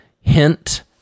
hint